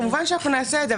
כמובן שאנחנו נעשה את זה.